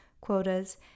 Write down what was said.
quotas